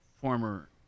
former